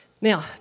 now